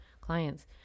clients